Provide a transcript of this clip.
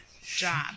job